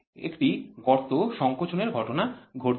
একটি গর্ত সঙ্কোচনের ঘটনা ঘটছে